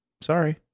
Sorry